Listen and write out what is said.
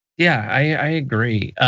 yeah, i agree,